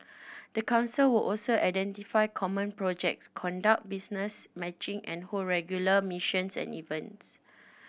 the council will also identify common projects conduct business matching and hold regular missions and events